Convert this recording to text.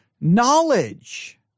knowledge